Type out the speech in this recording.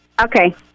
Okay